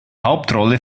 hauptrolle